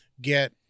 get